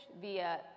via